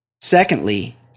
Secondly